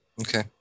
Okay